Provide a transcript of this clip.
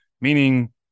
meaning